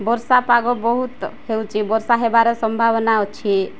ବର୍ଷା ପାଗ ବହୁତ ହେଉଛି ବର୍ଷା ହେବାର ସମ୍ଭାବନା ଅଛି